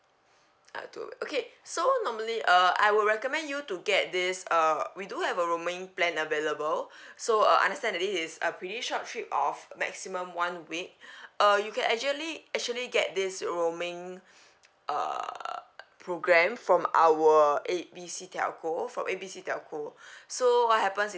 ah to okay so normally uh I would recommend you to get this uh we do have a roaming plan available so uh understand that this is a pretty short trip of maximum one week uh you can actually actually get this roaming err program from our A B C telco from A B C telco so what happens is